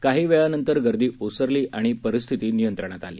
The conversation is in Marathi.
काही वेळानंतर गर्दी ओसरली आणि परिस्थिती नियंत्रणात आली